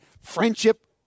friendship